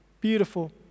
beautiful